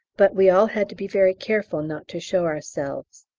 but we all had to be very careful not to show ourselves.